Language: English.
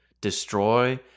Destroy